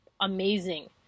amazing